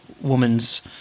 woman's